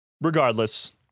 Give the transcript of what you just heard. Regardless